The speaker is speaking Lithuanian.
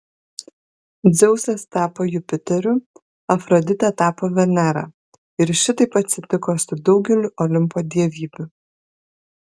dzeusas tapo jupiteriu afroditė tapo venera ir šitaip atsitiko su daugeliu olimpo dievybių